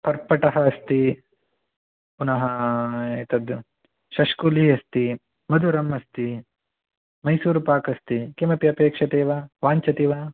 पर्पटः अस्ति पुनः एतद् शष्कुली अस्ति मधुरम् अस्ति मैसूरुपाक् अस्ति किमपि अपेक्ष्यते वा वाञ्छति वा